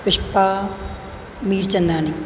Pushpa Mirchandani